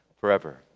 forever